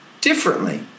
differently